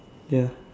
ya